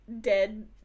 dead